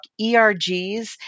ERGs